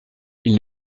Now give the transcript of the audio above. ils